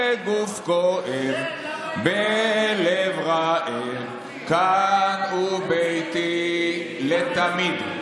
/ בגוף כואב, בלב רעב, / כאן הוא ביתי." לתמיד.